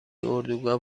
اردوگاه